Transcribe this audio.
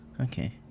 Okay